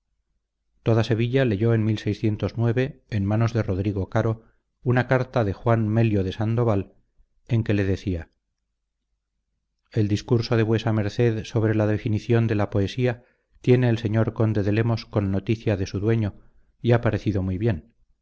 toda sevilla leyó en en manos de rodrigo caro una carta de juan melio de sandoval en que le decía el discurso de vuesa merced sobre la definición de la poesía tiene el señor conde de lemos con noticia de su dueño y ha parecido muy bien